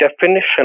definition